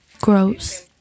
gross